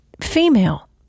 female